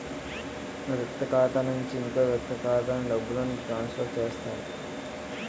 ఒక వ్యక్తి ఖాతా నుంచి ఇంకో వ్యక్తి ఖాతాకు డబ్బులను ట్రాన్స్ఫర్ చేస్తారు